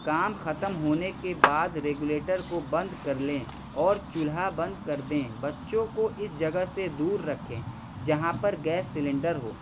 کام ختم ہونے کے بعد ریگولیٹر کو بند کر لیں اور چولہا بند کر دیں بچوں کو اس جگہ سے دور رکھیں جہاں پر گیس سلینڈر ہو